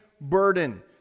burden